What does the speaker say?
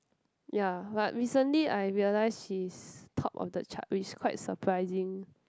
ya but recently I realise she is top of the chart which is quite surprising